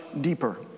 deeper